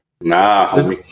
Nah